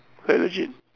like legit